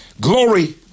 Glory